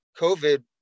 COVID